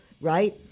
right